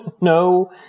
No